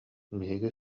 биһиги